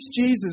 Jesus